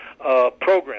program